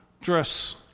dress